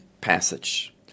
passage